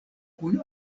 kun